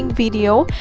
video.